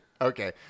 Okay